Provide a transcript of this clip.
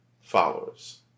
followers